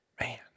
Man